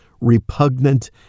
repugnant